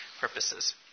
purposes